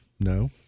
No